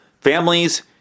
families